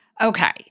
Okay